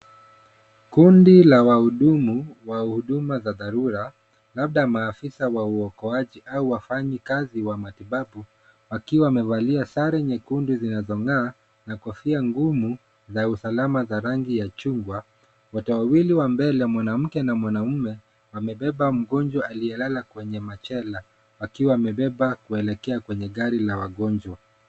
Kundi la wahudumu wa huduma za dharura labda maafisa wa uokoaji au wafanyi kazi wa matibabu, wakiwa wamevalia sare nyekundu zinazong'aa na kofia ngumu za usalama za rangi ya chungwa. Watu wawili wa mbele, mwanamke na mwanaume wamebeba mgonjwa aliyelala kwenye machela akiwa amebebwa kuelekea gari la wagonjwa.